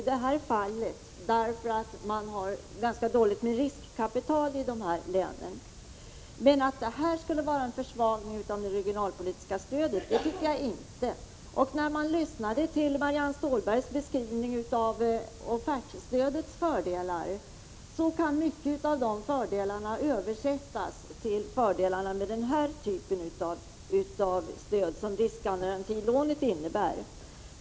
I det här fallet behövs det därför att man har ganska dåligt med riskkapital i de här länen. Men att det skulle innebära någon försvagning av det regionalpolitiska stödet tycker jag inte. Marianne Stålberg gjorde en beskrivning av offertstödets fördelar. Många av de fördelarna kan ”översättas” till den typ av stöd som riskgarantilånen innebär.